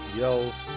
yells